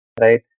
right